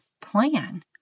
plan